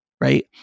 Right